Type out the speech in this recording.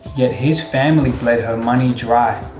yet his family bled her money dry,